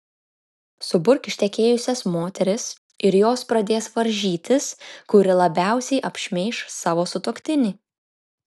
suburk ištekėjusias moteris ir jos pradės varžytis kuri labiausiai apšmeiš savo sutuoktinį